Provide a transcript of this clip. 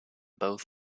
both